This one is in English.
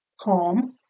calm